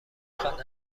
خواد